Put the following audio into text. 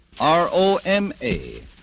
R-O-M-A